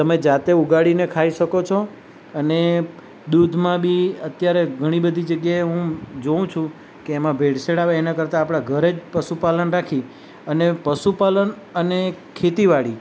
તમે જાતે ઉગાડીને ખાઈ શકો છો અને દૂધમાં બી અત્યારે ઘણીબધી જગ્યાએ હું જોઉં છું કે એમાં ભેળસેળ આવે એના કરતાં આપણા ઘરે જ પશુપાલન રાખી અને પશુપાલન અને ખેતીવાડી